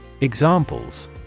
Examples